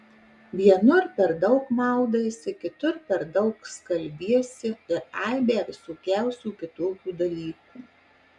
vienur per daug maudaisi kitur per daug skalbiesi ir aibę visokiausių kitokių dalykų